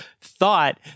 thought